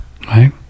right